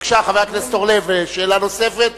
בבקשה, חבר הכנסת אורלב, שאלה נוספת.